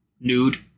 Nude